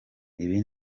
ibi